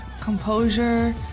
composure